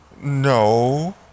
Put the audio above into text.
no